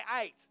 eight